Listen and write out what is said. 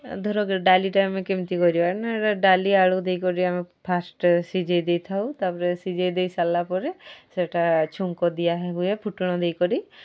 ଧର ଡାଲିଟା ଆମେ କେମିତି କରିବା ନା ଡାଲି ଆଳୁ ଦେଇକରି ଆମେ ଫାର୍ଷ୍ଟ୍ ସିଝାଇ ଦେଇଥାଉ ତା'ପରେ ସିଝାଇ ଦେଇସାରିଲା ପରେ ସେଟା ଛୁଙ୍କ ଦିଆ ହୁଏ ଫୁଟଣ ଦେଇକରି